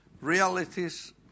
realities